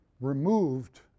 removed